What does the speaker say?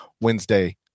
Wednesday